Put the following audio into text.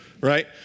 right